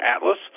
Atlas